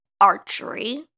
archery